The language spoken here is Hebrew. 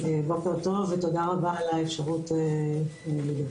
בוקר טוב ותודה רבה על האפשרות לדבר.